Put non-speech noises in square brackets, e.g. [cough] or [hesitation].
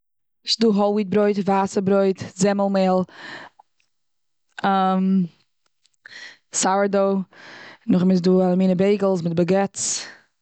ס'איז דא הויל וויט ברויט, ווייסע ברויט, זעמל מעהל, [hesitation] סאוער דאו. נאכדעם איז דא אלע מינע בייגעלס, און באגעטס.